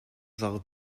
war